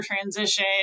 transition